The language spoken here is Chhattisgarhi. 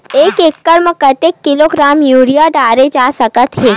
एक एकड़ म कतेक किलोग्राम यूरिया डाले जा सकत हे?